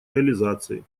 реализации